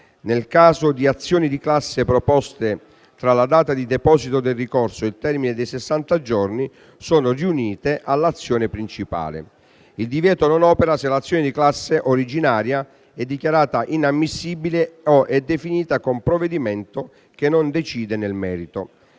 Nel caso di azioni di classe proposte tra la data di deposito del ricorso e il termine dei sessanta giorni, sono riunite all'azione principale. Il divieto non opera se l'azione di classe originaria è dichiarata inammissibile o è definita con provvedimento che non decide nel merito.